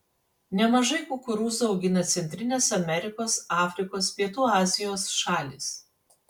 nemažai kukurūzų augina centrinės amerikos afrikos pietų azijos šalys